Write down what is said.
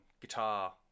guitar